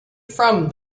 from